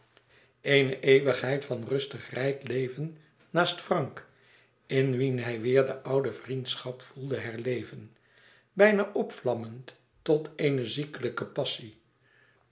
eene eeuwigheid van rustig rijk leven naast frank in wien hij weêr de oude vriendschap voelde herleven bijna opvlammend tot eene ziekelijke passie